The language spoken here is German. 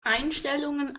einstellungen